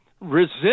resist